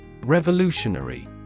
Revolutionary